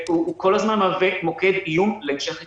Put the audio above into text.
והוא כל הזמן מהווה מוקד איום להמשך התפרצות.